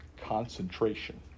Concentration